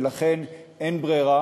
ולכן אין ברירה